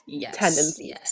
tendencies